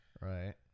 Right